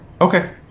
okay